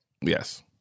yes